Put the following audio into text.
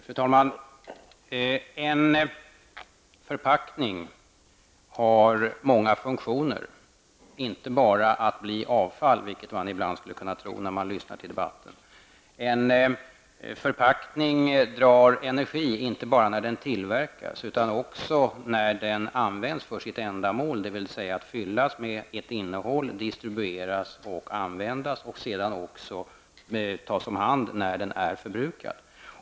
Fru talman! En förpackning har många funktioner, inte bara att bli avfall, vilket man ibland skulle kunna tro när man lyssnar till debatten. En förpackning drar energi inte bara när den tillverkas, utan också när den används för sitt ändamål. Den fylls med ett innehåll, distribueras och används, och sedan skall den också tas om hand när den är förbrukad.